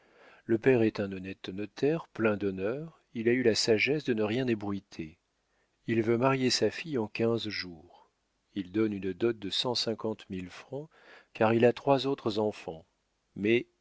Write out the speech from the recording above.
le père est un honnête notaire plein d'honneur il a eu la sagesse de ne rien ébruiter il veut marier sa fille en quinze jours il donne une dot de cent cinquante mille francs car il a trois autres enfants mais